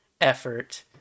effort